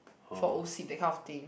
for o_c that kind of thing